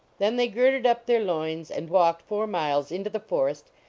then they girded up their loins and walked four miles into the forest,